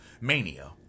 Mania